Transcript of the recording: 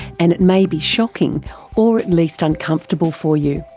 and it may be shocking or at least uncomfortable for you,